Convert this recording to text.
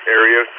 area